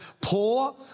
poor